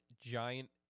giant